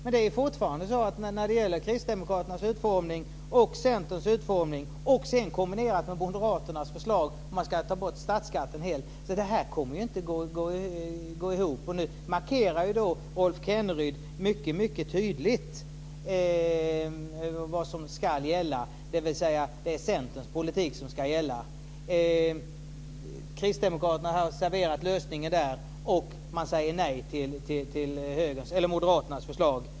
Men det är fortfarande så när det gäller Kristdemokraternas och Centerns utformning, kombinerat med Moderaternas förslag om att man helt ska ta bort statsskatten, att det inte kommer att gå ihop. Nu markerar Rolf Kenneryd mycket tydligt vad det är som ska gälla. Det är Centerns politik som ska gälla. Kristdemokraterna har serverat en lösning, och man säger nej till moderaternas förslag.